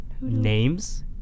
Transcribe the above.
Names